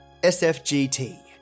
SFGT